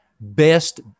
best